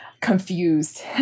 confused